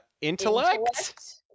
intellect